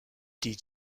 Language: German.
die